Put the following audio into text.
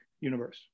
universe